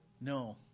No